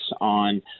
on